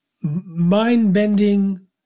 mind-bending